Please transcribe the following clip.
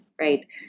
right